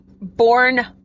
born